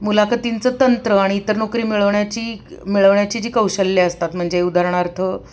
मुलाखतींचं तंत्र आणि इतर नोकरी मिळवण्याची मिळवण्याची जी कौशल्य असतात म्हणजे उदाहरणार्थ